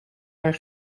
haar